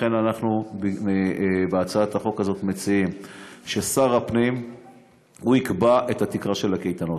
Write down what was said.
לכן אנחנו מציעים בהצעת החוק הזאת ששר הפנים יקבע את התקרה של הקייטנות.